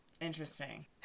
Interesting